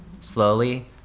slowly